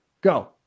Go